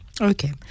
Okay